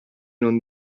non